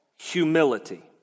humility